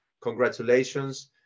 Congratulations